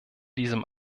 diesem